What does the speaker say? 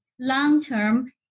long-term